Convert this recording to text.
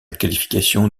qualification